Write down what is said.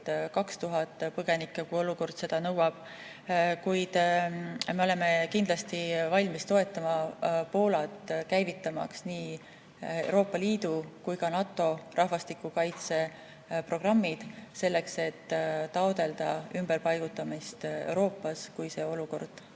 2000 põgenikku, kui olukord seda nõuab. Kuid me oleme kindlasti valmis toetama Poolat, käivitamaks nii Euroopa Liidu kui ka NATO rahvastikukaitse programmid, selleks et taotleda ümberpaigutamist Euroopas, kui olukord